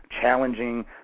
challenging